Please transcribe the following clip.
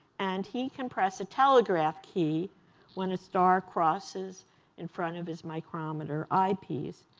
and he can press a telegraph key when a star crosses in front of his micrometer eyepiece.